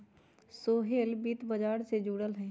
सोहेल वित्त व्यापार से जुरल हए